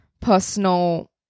personal